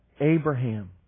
Abraham